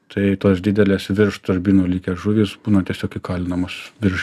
tai tos didelės virš turbinų likę žuvys būna tiesiog įkalinamos virš